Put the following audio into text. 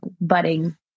budding